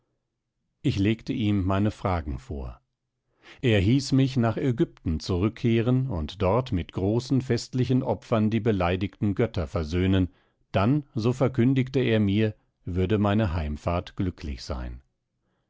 ich legte ihm meine fragen vor er hieß mich nach ägypten zurückkehren und dort mit großen festlichen opfern die beleidigten götter versöhnen dann so verkündigte er mir würde meine heimfahrt glücklich sein